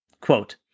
Quote